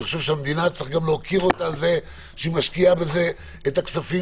אני חושב שצריך להוקיר את המדינה שהיא משקיעה בזה את הכספים